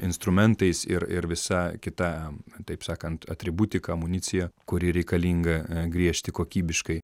instrumentais ir ir visa kita taip sakant atributika amunicija kuri reikalinga griežti kokybiškai